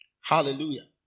Hallelujah